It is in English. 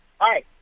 Hi